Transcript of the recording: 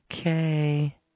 Okay